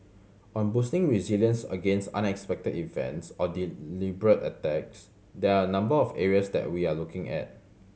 on boosting resilience against unexpected events or deliberate attacks there are a number of areas that we are looking at